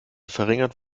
verringert